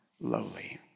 lowly